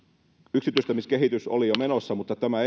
yksityistämiskehitys oli jo menossa mutta tämä